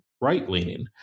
right-leaning